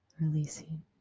Releasing